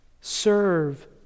Serve